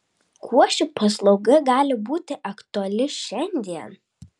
kuo ši paslauga gali būti aktuali šiandien